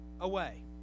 away